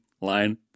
line